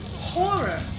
horror